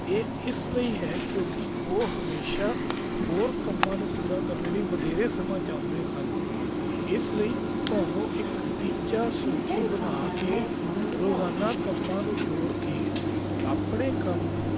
ਇਹ ਇਸ ਲਈ ਹੈ ਕਿਉਂਕਿ ਉਹ ਹਮੇਸ਼ਾ ਹੋਰ ਕੰਮਾਂ ਨੂੰ ਪੂਰਾ ਕਰਨ ਲਈ ਵਧੇਰੇ ਸਮਾਂ ਚਾਹੁੰਦੇ ਹਨ ਇਸ ਲਈ ਤੁਹਾਨੂੰ ਇੱਕ ਟੀਚਾ ਸੂਚੀ ਬਣਾ ਕੇ ਰੋਜ਼ਾਨਾ ਕੰਮਾਂ ਨੂੰ ਜੋੜ ਕੇ ਆਪਣੇ ਕੰਮ ਨੂੰ